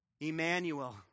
Emmanuel